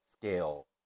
scale